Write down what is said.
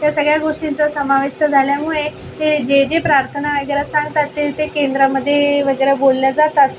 त्या सगळ्या गोष्टींचा समावेश झाल्यामुळे हे जे जे प्रार्थना अगेरा सांगतात ते ते केंद्रामध्ये वगैरा बोलल्या जातात